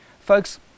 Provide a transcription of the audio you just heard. Folks